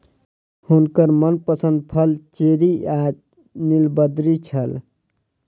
हुनकर मनपसंद फल चेरी आ नीलबदरी छल